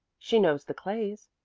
she knows the clays.